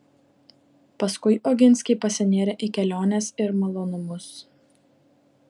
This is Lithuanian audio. paskui oginskiai pasinėrė į keliones ir malonumus